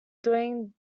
doing